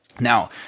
Now